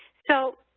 so